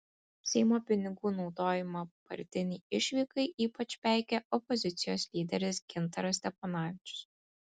seimo pinigų naudojimą partinei išvykai ypač peikė opozicijos lyderis gintaras steponavičius